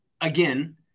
again